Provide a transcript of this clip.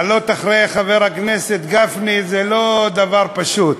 לעלות אחרי חבר הכנסת גפני זה לא דבר פשוט,